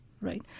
right